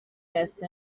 asked